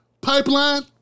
pipeline